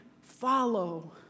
follow